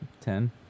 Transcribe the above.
Ten